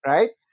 Right